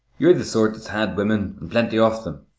you're the sort that's had women, and plenty of them.